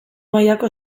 mailako